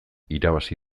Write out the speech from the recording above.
irabazi